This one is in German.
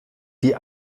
die